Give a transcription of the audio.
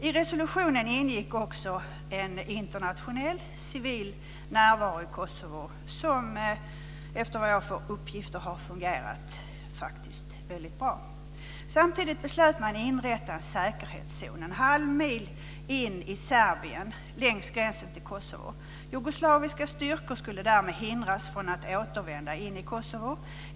I resolutionen ingick också en internationell, civil närvaro i Kosovo - som efter de uppgifter jag har fått har fungerat bra. Samtidigt beslöt man att inrätta en säkerhetszon, en halv mil in i Serbien längs gränsen till Kosovo. Jugoslaviska styrkor skulle därmed hindras från att återvända in i Kosovo.